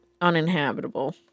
uninhabitable